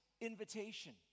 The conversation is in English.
invitation